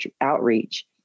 outreach